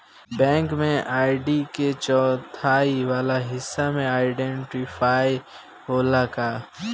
Bank में ID के चौथाई वाला हिस्सा में आइडेंटिफैएर होला का?